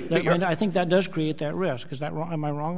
and i think that does create that risk is that i'm i wrong